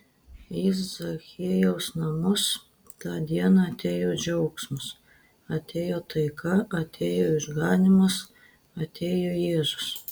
į zachiejaus namus tą dieną atėjo džiaugsmas atėjo taika atėjo išganymas atėjo jėzus